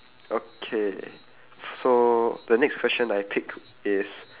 okay so the next question I picked is